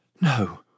No